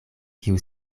kiu